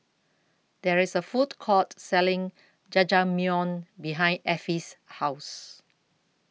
There IS A Food Court Selling Jajangmyeon behind Effie's House